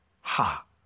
Ha